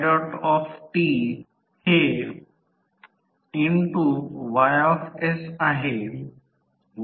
8 power factor चा प्रवाह चालू असतो तेव्हा त्याची गणना प्राथमिक बिंदू वोल्टेज जे दुय्यम बाजूला आहे हे ते मोजावे लागेल